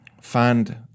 find